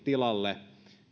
tilalle